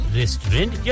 restaurant